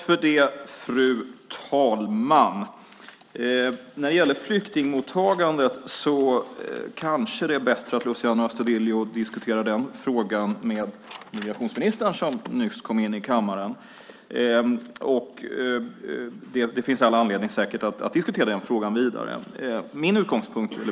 Fru talman! När det gäller flyktingmottagandet kanske det är bättre att Luciano Astudillo diskuterar frågan med migrationsministern, som nyss kom in i kammaren. Det finns säkert all anledning att diskutera den frågan vidare.